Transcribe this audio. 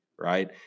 right